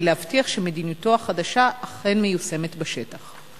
להבטיח שמדיניותו החדשה אכן מיושמת בשטח?